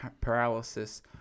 paralysis